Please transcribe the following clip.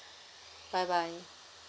bye bye